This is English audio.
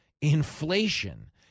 inflation